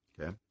Okay